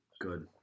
Good